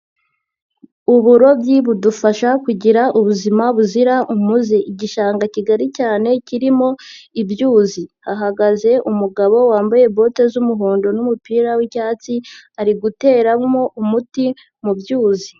Uburobyi budufasha kugira ubuzima buzira umuze. Igishanga kigari cyane kirimo ibyuzi. Hahagaze umugabo wambaye bote z'umuhondo n'umupira w'icyatsi, ari guteramo umuti mu byuzi.